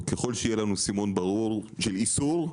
ככל שיהיה לנו סימון ברור של איסור,